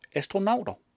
astronauter